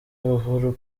buhuru